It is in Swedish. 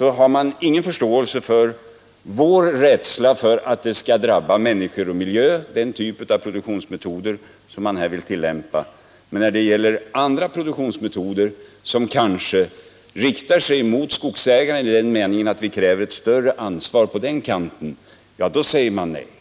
har man ingen förståelse för vår rädsla för att den typ av produktionsmetoder man vill tillämpa skall drabba människor och miljöer. Men sådana produktionsmetoder som kräver ett större ansvar av skogsägaren säger man nej till.